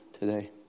today